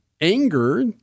anger